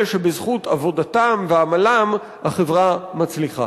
אלה שבזכות עבודתם ועמלם החברה מצליחה.